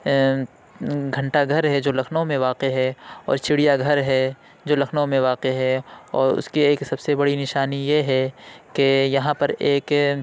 گھنٹہ گھر ہے جو لکھنؤ میں واقع ہے اور چڑیا گھر ہے جو لکھنؤ میں واقع ہے اور اس کی ایک سب سے بڑی نشانی یہ ہے کہ یہاں پر ایک